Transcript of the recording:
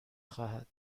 خواهد